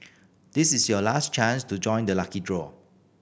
this is your last chance to join the lucky draw